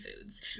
foods